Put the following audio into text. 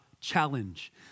Challenge